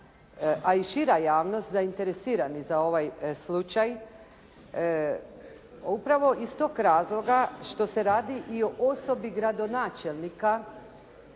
a i šira javnost zainteresirani za ovaj slučaj, upravo iz tog razloga što se radi i o osobi gradonačelnika